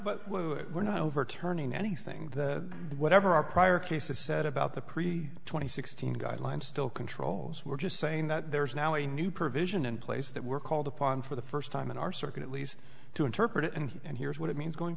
but we're not overturning anything that whatever our prior cases said about the pre twenty sixteen guidelines still controls we're just saying that there's now a new provision in place that we're called upon for the first time in our circuit at least to interpret it and and here's what it means going